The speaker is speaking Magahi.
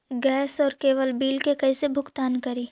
गैस और केबल बिल के कैसे भुगतान करी?